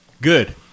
Good